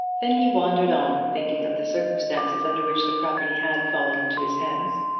then he wandered on, thinking of the circumstances under which the property had fallen into his hands,